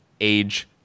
age